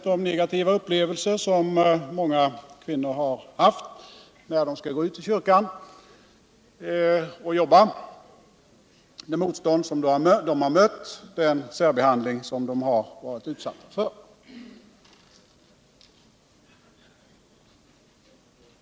de negativa upplevelser som många kvinnor har haft när de har gått ut och arbetat i kyrkan, det motstånd som de då har mött och den särbehandling som de har varit utsatta för.